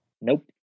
Nope